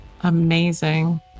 Amazing